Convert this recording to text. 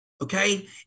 Okay